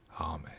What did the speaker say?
Amen